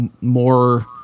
more